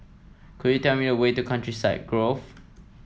could you tell me the way to Countryside Grove